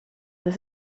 this